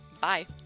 Bye